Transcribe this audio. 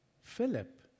Philip